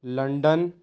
London